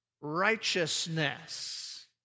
righteousness